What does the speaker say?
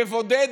מבודדת,